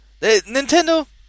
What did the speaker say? Nintendo